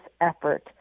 effort